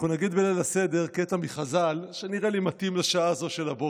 אנחנו נגיד בליל הסדר קטע מחז"ל שנראה לי מתאים לשעה הזו של הבוקר.